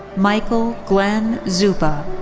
michael glen zuppa.